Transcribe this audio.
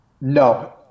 No